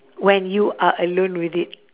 when you are alone with it